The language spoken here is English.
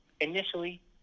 initially